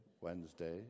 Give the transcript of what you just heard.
Wednesday